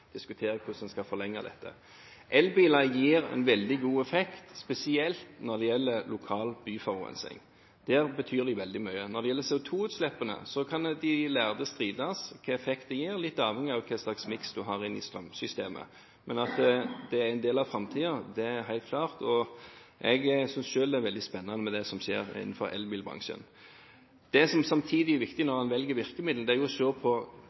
diskuterer hvordan man skal forlenge dette. Elbiler gir en veldig god effekt, spesielt når det gjelder lokal byforurensing. Der betyr de veldig mye. Når det gjelder CO2-utslippene, kan de lærde strides om hva slags effekt det gir, litt avhengig av hva slags miks man har i strømsystemet. Men at dette er en del av framtiden, er helt klart. Jeg synes selv det er veldig spennende, det som skjer i elbilbransjen. Det som samtidig er viktig, når man velger virkemidler, er å se på